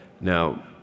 Now